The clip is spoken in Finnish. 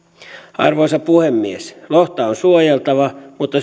arvoisa puhemies lohta on suojeltava mutta